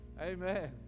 Amen